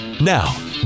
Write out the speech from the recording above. now